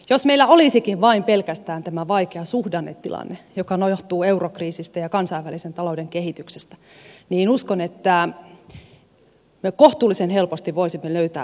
jos meillä olisikin pelkästään tämä vaikea suhdannetilanne joka johtuu eurokriisistä ja kansainvälisen talouden kehityksestä niin uskon että me kohtuullisen helposti voisimme löytää siihen lääkkeitä